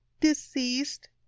deceased